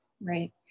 right